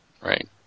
Right